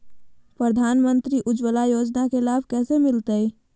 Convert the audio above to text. प्रधानमंत्री उज्वला योजना के लाभ कैसे मैलतैय?